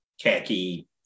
khaki